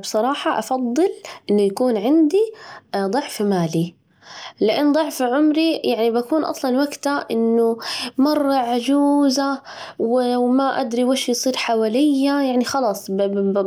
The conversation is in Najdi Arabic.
بصراحة أفضل إنه يكون عندي ضعف مالي، لأن ضعف عمري يعني بكون أصلاً وجتها إنه مرة عجوزة وما أدري وش يصير حواليا، يعني خلاص بب